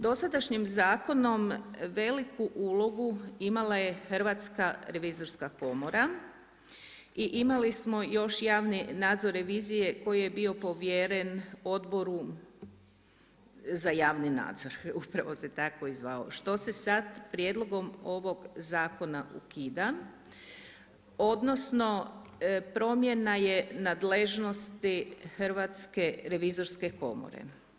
Dosadašnjim zakonom veliku ulogu imala je Hrvatska revizorska komora i imali smo još javni nadzor revizije koji je bio povjeren Odboru za javni nadzor, upravo se tako i zvao, što se sada prijedlogom ovog zakona ukida odnosno promjena je nadležnosti Hrvatske revizorske komore.